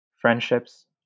Friendships